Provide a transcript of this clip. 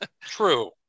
true